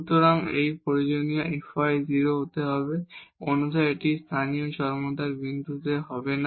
সুতরাং এটি প্রয়োজনীয় যে fy 0 হতে হবে অন্যথায় এটি স্থানীয় চরমতার বিন্দু হবে না